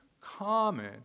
common